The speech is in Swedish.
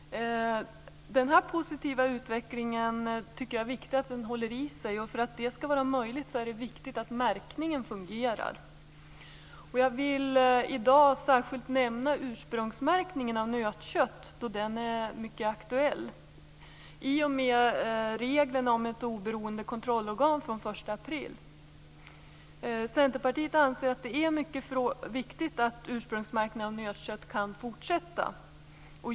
Jag tycker att det är viktigt att denna positiva utveckling håller i sig. För att det skall vara möjligt är det viktigt att märkningen fungerar. Jag vill i dag särskilt nämna ursprungsmärkningen av nötkött, då denna är mycket aktuell i och med reglerna om ett oberoende kontrollorgan från den 1 april. Centerpartiet anser att det är mycket viktigt att ursprungsmärkningen av nötkött kan fortsätta.